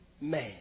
man